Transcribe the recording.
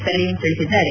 ಸಲೀಂ ತಿಳಿಸಿದ್ದಾರೆ